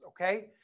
okay